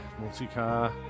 multi-car